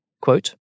quote